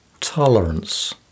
tolerance